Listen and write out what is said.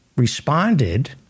responded